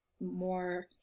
more